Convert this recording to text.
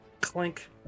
Clink